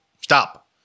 stop